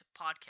Podcast